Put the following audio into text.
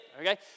okay